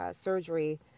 surgery